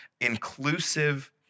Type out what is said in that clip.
inclusive